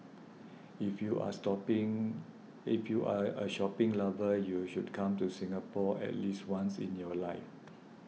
if you are stopping if you are a shopping lover you should come to Singapore at least once in your life